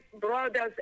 brothers